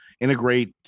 integrate